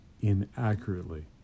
inaccurately